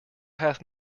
half